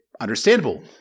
understandable